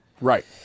Right